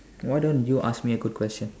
why don't you ask me a good question